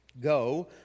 go